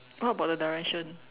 what about the direction